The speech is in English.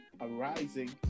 arising